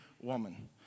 woman